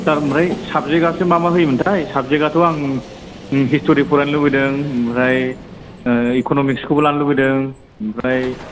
सार ओमफ्राय साबजेखासो मा मा होयोमोनथाय साबजेखाथ' आं हिस्टरि फरायनो लुगैदों ओमफ्राय इक'न'मिक्सखौबो लानो लुगैदों ओमफ्राय